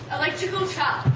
electrical charge.